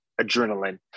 adrenaline